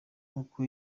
nk’uko